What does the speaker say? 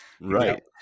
Right